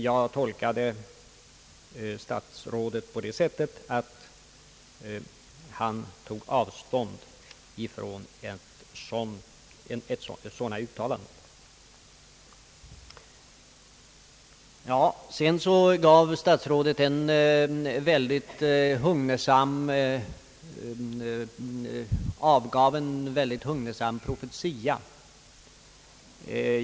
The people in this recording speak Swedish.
Jag tolkade statsrådet så att han tog avstånd från sådana uttalanden. Sedan avgav statsrådet en väldigt hugnesam profetia.